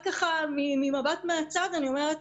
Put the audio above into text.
ממבט מהצד אני אומרת